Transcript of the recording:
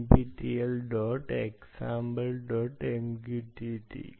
nptel dot example dot MQTT